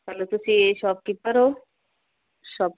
hello ਤੁਸੀਂ shopkeeper ਹੋ shop